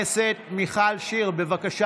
השר סגלוביץ', בבקשה,